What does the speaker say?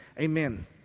amen